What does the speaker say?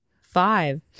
five